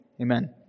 Amen